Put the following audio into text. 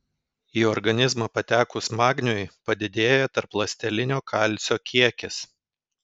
į organizmą patekus magniui padidėja tarpląstelinio kalcio kiekis